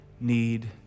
need